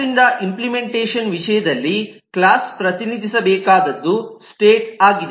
ಆದ್ದರಿಂದ ಇಂಪ್ಲಿಮೆಂಟೇಷನ್ ವಿಷಯದಲ್ಲಿ ಕ್ಲಾಸ್ ಪ್ರತಿನಿಧಿಸಬೇಕಾದದ್ದು ಸ್ಟೇಟ್ ಆಗಿದೆ